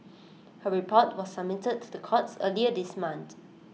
her report was submitted to the courts earlier this month